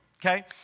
Okay